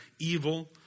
evil